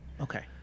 Okay